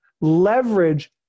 leverage